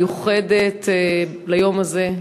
הישיבה המיוחדת ליום הזה,